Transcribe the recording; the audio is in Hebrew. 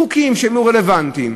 חוקים שהיו רלוונטיים,